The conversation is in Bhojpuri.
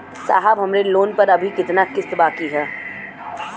साहब हमरे लोन पर अभी कितना किस्त बाकी ह?